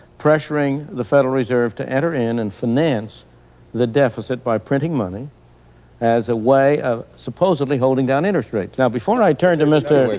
pressuring the federal reserve to enter in and finance the deficit by printing money as a way of supposedly holding down interest rates. now before i turn to mr.